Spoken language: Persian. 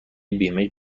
بیمه